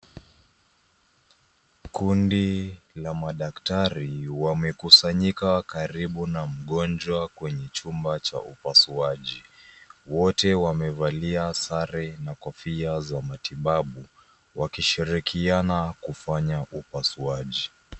Kundi la madaktari wamekusanyika karibu na mgonjwa kwenye chumba cha upasuaji. Wote wamevalia sare na kofia za matibabu wakishirikiana kufanya upasuaji.